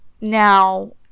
now